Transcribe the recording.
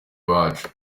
iwacu